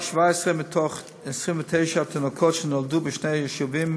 רק 17 מתוך 29 תינוקות שנולדו בשני היישובים